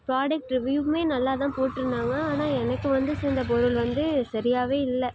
product வியூவுமே நல்லா தான் போட்டிருந்தாங்க ஆனால் எனக்கு வந்து சேர்ந்த பொருள் வந்து சரியாகவே இல்லை